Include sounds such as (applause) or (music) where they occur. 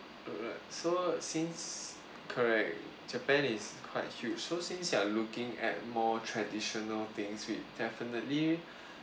alright so since correct japan is quite huge so since you are looking at more traditional things we'd definitely (breath)